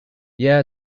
yeah